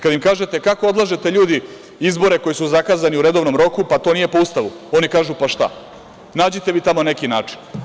Kad im kažete – kako odlažete, ljudi, izbore koji su zakazani u redovnom roku, pa to nije po Ustavu, oni kažu – pa, šta, nađite vi tamo neki način.